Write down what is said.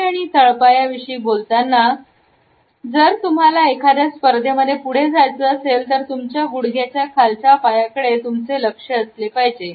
पाय आणि तळपाय विषयी बोलताना जर तुम्हाला एखाद्या स्पर्धेमध्ये पुढे जायचं असेल तर तुमच्या गुडघ्याच्या खालच्या पायाकडे तुमचे लक्ष असले पाहिजे